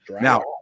Now